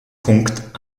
punkt